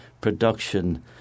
production